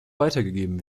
weitergegeben